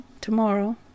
tomorrow